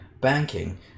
banking